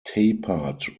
tapered